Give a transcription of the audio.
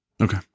Okay